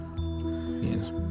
Yes